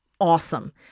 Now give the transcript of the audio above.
awesome